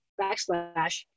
backslash